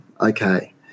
Okay